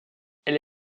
elle